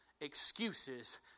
excuses